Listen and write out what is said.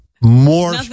More